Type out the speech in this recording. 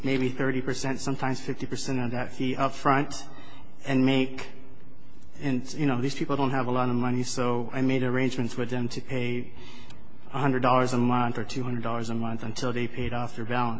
maybe thirty percent sometimes fifty percent of that fee up front and make and you know these people don't have a lot of money so i made arrangements with them to pay one hundred dollars a month or two hundred dollars a month until they paid off your balance